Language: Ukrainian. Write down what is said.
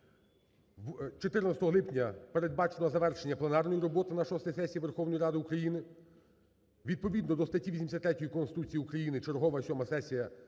14 липня передбачено завершення пленарної роботи на шостій сесії Верховної Ради України. Відповідно до статті 83 Конституції України чергова сьома сесія